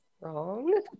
wrong